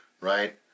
Right